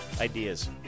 ideas